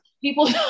people